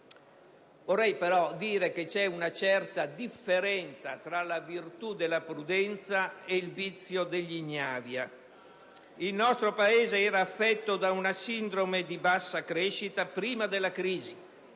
Vorrei poi sottolineare che esiste una certa differenza tra la virtù della prudenza ed il vizio dell'ignavia. Il nostro Paese era affetto da una sindrome da bassa crescita prima della crisi